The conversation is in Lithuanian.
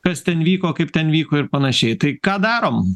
kas ten vyko kaip ten vyko ir panašiai tai ką darom